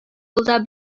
елда